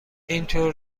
اینطور